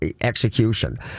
execution